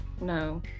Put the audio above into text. no